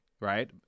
right